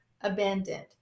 abandoned